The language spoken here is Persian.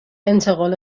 انتقال